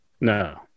No